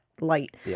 light